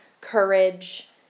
courage